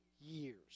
years